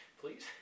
Please